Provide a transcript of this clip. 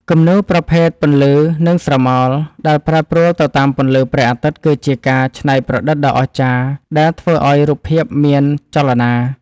គំនូរប្រភេទ ពន្លឺ និងស្រមោល ដែលប្រែប្រួលទៅតាមពន្លឺព្រះអាទិត្យ គឺជាការច្នៃប្រឌិតដ៏អស្ចារ្យដែលធ្វើឱ្យរូបភាពមានចលនា។